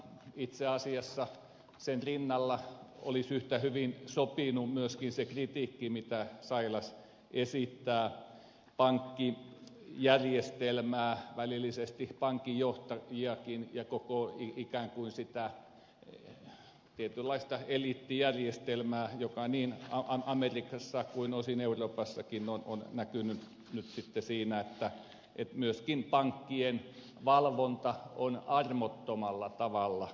itse asiassa sen rinnalle olisi yhtä hyvin sopinut myöskin se kritiikki mitä sailas esittää pankkijärjestelmää välillisesti pankinjohtajiakin ja koko ikään kuin sitä tietynlaista eliittijärjestelmää kohtaan joka niin amerikassa kuin osin euroopassakin on näkynyt nyt sitten siinä että myöskin pankkien valvonta on armottomalla tavalla pettänyt